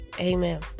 amen